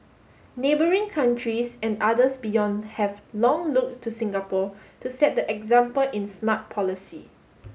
neighbouring countries and others beyond have long looked to Singapore to set the example in smart policy